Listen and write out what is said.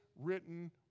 written